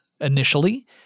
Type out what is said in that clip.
initially